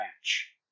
match